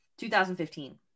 2015